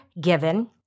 given